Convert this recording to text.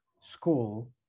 school